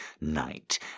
night